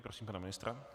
Prosím pana ministra.